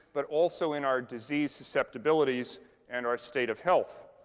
but also in our disease susceptibilities and our state of health?